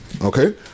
okay